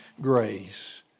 grace